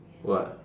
what